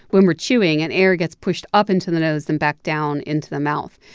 when we're chewing and air gets pushed up into the nose, then back down into the mouth.